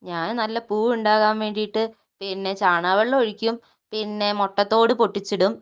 ഞാൻ നല്ല പൂവുണ്ടാകാൻ വേണ്ടിയിട്ട് പിന്നെ ചാണക വെള്ളം ഒഴിക്കും പിന്നെ മുട്ടത്തോട് പൊട്ടിച്ചിടും